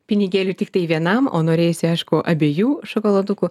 pinigėlių tiktai vienam o norėjosi aišku abiejų šokoladukų